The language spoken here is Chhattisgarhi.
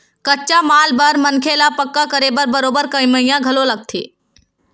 कच्चा माल बर मनखे ल पक्का करे बर बरोबर कमइया घलो लगथे